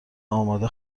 آماده